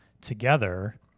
together